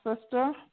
sister